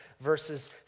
verses